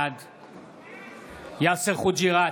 בעד יאסר חוג'יראת,